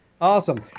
Awesome